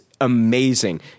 amazing